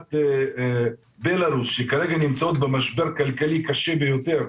ומדינת בלארוס שכרגע נמצאות במשבר כלכלי קשה ביותר,